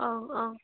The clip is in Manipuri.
ꯑꯥ ꯑꯥ